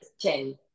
change